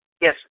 yes